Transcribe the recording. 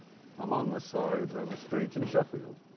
i'm on my side on a street in sheffield.